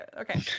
Okay